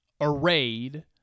arrayed